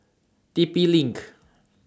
T P LINK